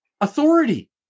authority